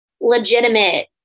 legitimate